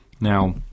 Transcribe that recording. Now